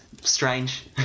Strange